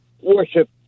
worship